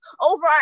over